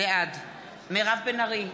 בעד מירב בן ארי,